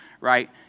Right